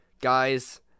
guys